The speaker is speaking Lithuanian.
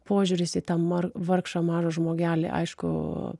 požiūris į tą vargšą mažą žmogelį aišku